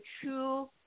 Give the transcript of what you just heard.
true